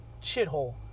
shithole